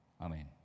Amen